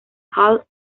hal